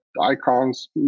icons